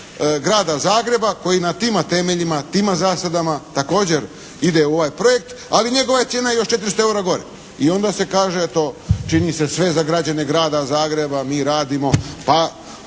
Grada Zagreba koji na tima temeljima, tima zasadama također ide u ovaj projekt ali njegova je cijena još 400 eura gore i onda se kaže eto čini se sve za građane Grada Zagreba, mi radimo, a